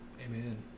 Amen